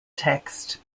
text